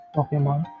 Pokemon